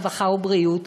הרווחה והבריאות.